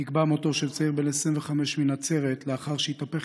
נקבע מותו של צעיר בן 25 מנצרת לאחר שהתהפך